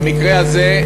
במקרה הזה,